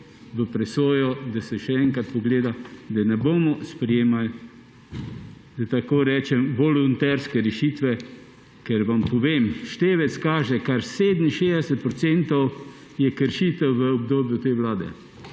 v presojo, da se še enkrat pogleda, da ne bomo sprejemali, da tako rečem, volonterske rešitve. Vam povem – števec kaže kar 67 % kršitev v obdobju te vlade